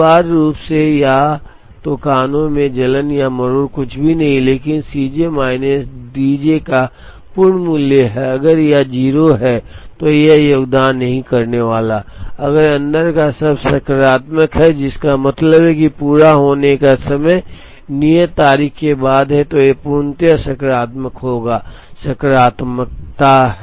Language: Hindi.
तो अनिवार्य रूप से या तो कानों में जलन या मरोड़ कुछ भी नहीं है लेकिन C J minus D J का पूर्ण मूल्य है अगर यह 0 है तो यह योगदान नहीं करने वाला है अगर अंदर का शब्द सकारात्मक है जिसका मतलब है कि पूरा होने का समय नियत तारीख के बाद है तो यह पूर्णता सकारात्मक होगा सकारात्मकता है